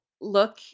look